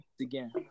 again